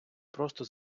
просто